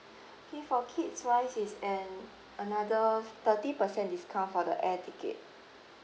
okay for kids wise it's an another thirty per cent discount for the air ticket